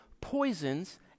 Poisons